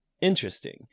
interesting